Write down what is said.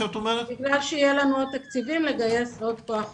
בגלל שיהיו לנו עוד תקציבים לגייס עוד כוח אדם.